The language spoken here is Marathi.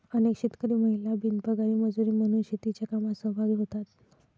अनेक शेतकरी महिला बिनपगारी मजुरी म्हणून शेतीच्या कामात सहभागी होतात